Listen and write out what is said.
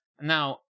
Now